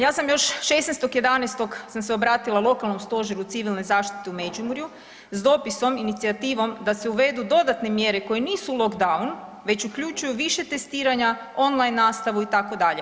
Ja sam još 16.11. sam se obratila Lokalnom stožeru civilne zaštite u Međimurju s dopisom, inicijativom da se uvedu dodatne mjere koje nisu lockdown već uključuju više testiranja, online nastavu, itd.